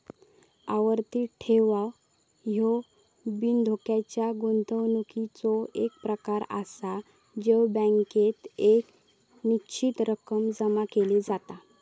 आवर्ती ठेव ह्यो बिनधोक्याच्या गुंतवणुकीचो एक प्रकार आसा जय बँकेत एक निश्चित रक्कम जमा केली जाता